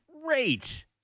great